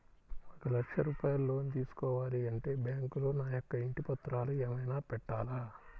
ఒక లక్ష రూపాయలు లోన్ తీసుకోవాలి అంటే బ్యాంకులో నా యొక్క ఇంటి పత్రాలు ఏమైనా పెట్టాలా?